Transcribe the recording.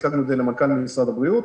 הצגנו את זה למנכ"ל משרד הבריאות,